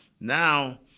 now